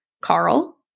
Carl